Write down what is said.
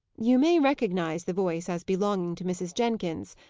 you may recognize the voice as belonging to mrs. jenkins,